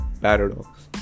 paradox